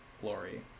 glory